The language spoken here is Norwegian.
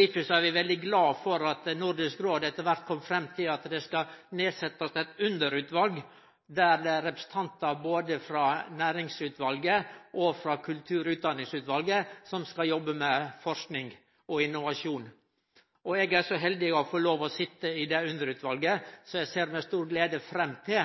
difor er vi veldig glade for at Nordisk Råd etter kvart kom fram til at det skal setjast ned eit underutval der representantar både frå næringsutvalet og frå kultur- og utdanningsutvalet skal jobbe med forsking og innovasjon. Eg er så heldig å få sitje i det underutvalet, og eg ser med stor glede fram til